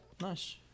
nice